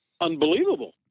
unbelievable